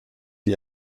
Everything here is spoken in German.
die